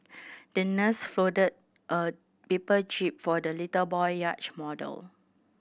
the nurse folded a paper jib for the little boy yacht model